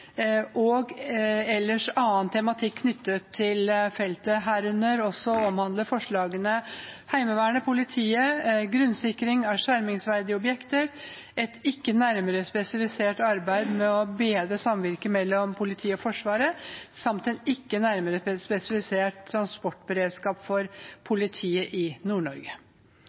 og ellers annen tematikk knyttet til feltet. Herunder omhandler forslagene Heimevernet, politiet, grunnsikring av skjermingsverdige objekter, et ikke nærmere spesifisert arbeid med å bedre samvirket mellom politiet og Forsvaret samt en ikke nærmere spesifisert transportberedskap for politiet i